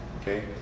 Okay